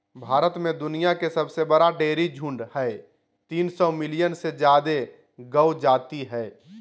भारत में दुनिया के सबसे बड़ा डेयरी झुंड हई, तीन सौ मिलियन से जादे गौ जाती हई